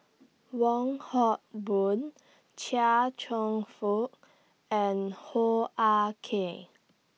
Wong Hock Boon Chia Cheong Fook and Hoo Ah Kay